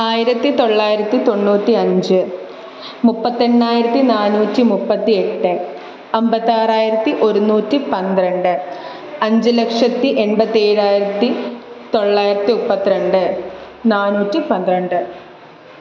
ആയിരത്തി തൊള്ളായിരത്തി തൊണ്ണൂറ്റി അഞ്ച് മുപ്പത്തെണ്ണായിരത്തി നാന്നൂറ്റി മുപ്പത്തി എട്ട് അന്പത്താറായിരത്തി ഒരുന്നൂറ്റി പന്ത്രണ്ട് അഞ്ച് ലക്ഷത്തി എൺപത്തേഴായിരത്തി തൊള്ളായിരത്തി മുപ്പത്ത് രണ്ട് നാന്നൂറ്റി പന്ത്രണ്ട്